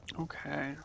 Okay